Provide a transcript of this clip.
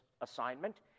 assignment